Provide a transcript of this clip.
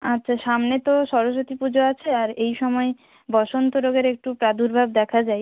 আচ্ছা সামনে তো সরস্বতী পুজো আছে আর এই সময় বসন্ত রোগের একটু প্রাদুর্ভাব দেখা যাই